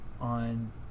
on